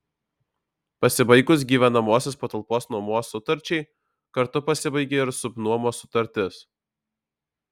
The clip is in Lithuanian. pasibaigus gyvenamosios patalpos nuomos sutarčiai kartu pasibaigia ir subnuomos sutartis